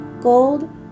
gold